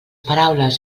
paraules